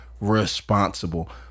responsible